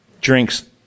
drinks